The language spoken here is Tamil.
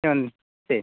ஓகே சரி